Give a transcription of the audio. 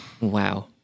Wow